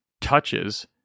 touches